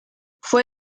fue